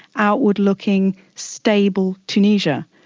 outward looking, stable tunisia.